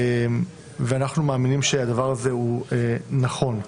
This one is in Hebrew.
ואנחנו מאמינים שהדבר הזה הוא נכון.